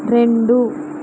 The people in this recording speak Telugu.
రెండు